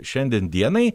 šiandien dienai